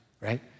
right